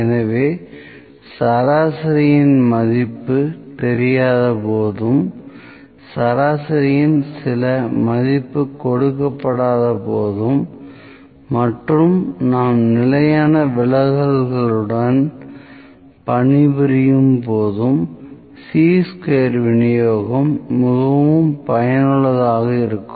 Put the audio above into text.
எனவே சராசரியின் மதிப்பு தெரியாத போதும் சராசரியின் சில மதிப்பு கொடுக்கப்படாத போதும் மற்றும் நாம் நிலையான விலகல்களுடன் பணிபுரியும் போதும் சீ ஸ்கொயர் விநியோகம் மிகவும் பயனுள்ளதாக இருக்கும்